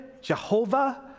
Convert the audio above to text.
Jehovah